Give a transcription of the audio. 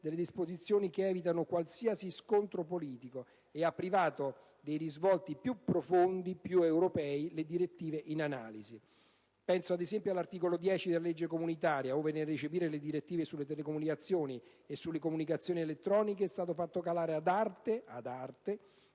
le disposizioni che evitano qualsiasi scontro politico e ha privato dei risvolti più profondi e più europei le direttive in analisi. Penso, ad esempio, all'articolo 10 della legge comunitaria, ove, nel recepire le direttive sulle telecomunicazioni e sulle comunicazioni elettroniche, è stato fatto calare ad arte